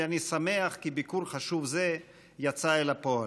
ואני שמח כי ביקור חשוב זה יצא אל הפועל.